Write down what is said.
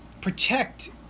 protect